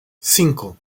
cinco